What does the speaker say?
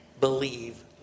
Believe